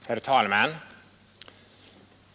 Herr talman!